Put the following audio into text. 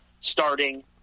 starting